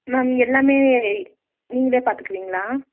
ma'am எல்லாமே நீங்களே பார்த்துக்குவீங்களா